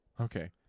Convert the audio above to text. Okay